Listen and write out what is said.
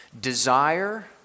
Desire